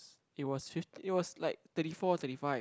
it was fifth it was like thirty four thirty five